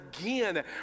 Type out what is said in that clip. again